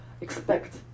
expect